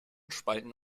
spalten